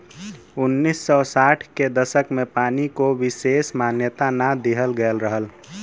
उन्नीस सौ साठ के दसक में पानी को विसेस मान्यता ना दिहल गयल रहल